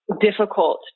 difficult